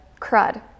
crud